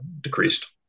decreased